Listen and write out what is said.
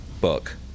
Book